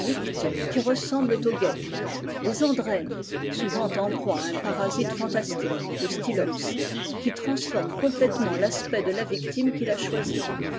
qui ressemblent aux guêpes les andrènes souvent en proie à un parasite fantastique le slylops qui transforme complètement l'aspect de la victime qu'il a choisie